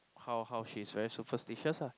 how how she is very superstitious ah